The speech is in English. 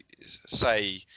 say